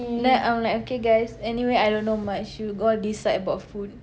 then I'm like okay guys anywhere I don't know much you all decide about food